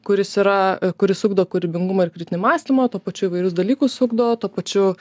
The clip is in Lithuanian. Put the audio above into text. kuris yra kuris ugdo kūrybingumą ir kritinį mąstymą tuo pačiu įvairius dalykus ugdo tuo pačiu